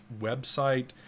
website